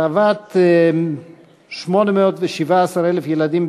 הרעבת 817,000 ילדים,